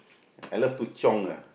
I love to chiong ah